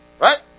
Right